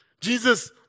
Jesus